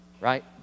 right